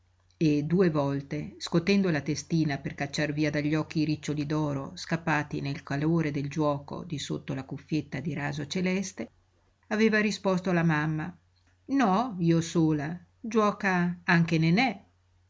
e due volte scotendo la testina per cacciar via dagli occhi i riccioli d'oro scappati nel calore del giuoco di sotto la cuffietta di raso celeste aveva risposto alla mamma no io sola giuoca anche nenè nenè